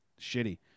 shitty